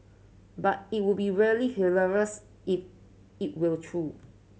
but it would be really hilarious if it were true